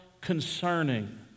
concerning